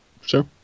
Sure